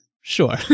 sure